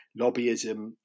lobbyism